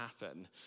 happen